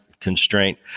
constraint